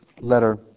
letter